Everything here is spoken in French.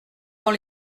dans